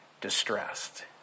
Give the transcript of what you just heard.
distressed